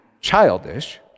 childish